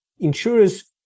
Insurers